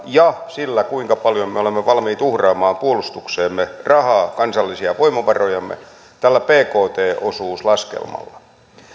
ja siitä kuinka paljon me me olemme valmiit uhraamaan puolustukseemme rahaa kansallisia voimavarojamme tällä bkt osuuslaskelmalla